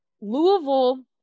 Louisville